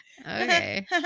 Okay